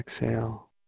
exhale